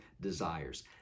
desires